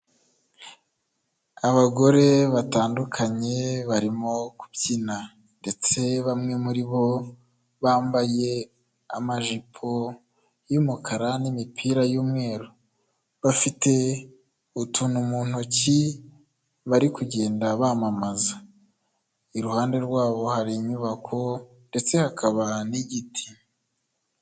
Abagore batandukanye barimo kubyina ndetse bamwe muri bo bambaye amajipo yu umukara nimipira y'umweru bafite utuntu mu ntoki bari kugenda bamamaza iruhande rwabo hari inyubako ndetse hakaba n'igiti.